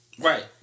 Right